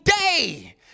day